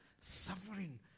suffering